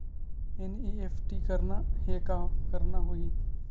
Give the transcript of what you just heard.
NEFT करना हे का करना होही?